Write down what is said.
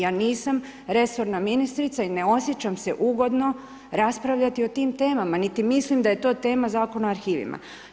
Ja nisam resorna ministrica i ne osjećam se ugodno raspravljati o tim temama, niti mislim da je to tema Zakona o arhivima.